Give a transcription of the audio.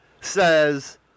says